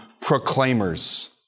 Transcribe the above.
proclaimers